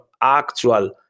actual